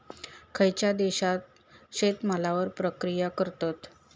खयच्या देशात शेतमालावर प्रक्रिया करतत?